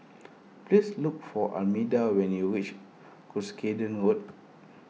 please look for Armida when you reach Cuscaden Road